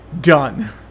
done